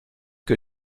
que